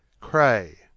cray